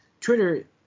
Twitter